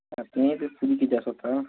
ତମେ ତ ପିନ୍ଧି କି ଯା ଆସ ତ